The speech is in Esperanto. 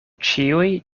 ĉiuj